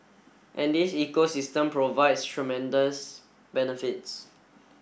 and this ecosystem provides tremendous benefits